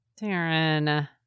Darren